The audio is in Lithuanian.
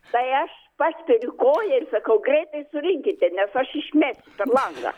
tai aš paspiriu koja ir sakau greitai surinkite nes aš išmesiu per langą